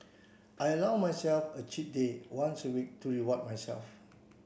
I allow myself a cheat day once a week to reward myself